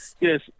Yes